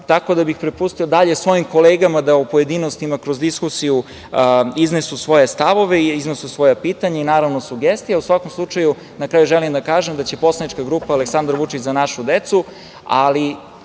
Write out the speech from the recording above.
tako da bih prepustio dalje svojim kolegama da u pojedinostima kroz diskusiju iznesu svoje stavove, iznesu svoja pitanja i naravno sugestije.U svakom slučaju, na kraju želim da kažem da će poslanička grupa „Aleksandar Vučić – Za našu decu“, ali